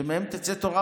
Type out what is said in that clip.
שמהם תצא תורה,